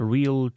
Real